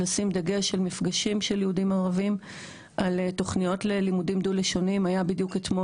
ושירין מופקדת על התכנית הזו ואני בטוח שהיא תקדם אותה בצורה מיטבית.